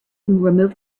removed